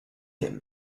him